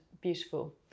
beautiful